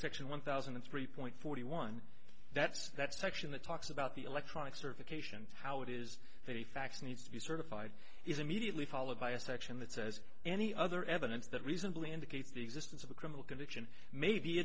section one thousand and three point forty one that's that section that talks about the electronic circuit cation how it is that a fax needs to be certified is immediately followed by a section that says any other evidence that reasonably indicates the existence of a criminal conviction may be